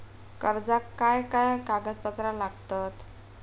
कर्जाक काय काय कागदपत्रा लागतत?